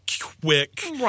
quick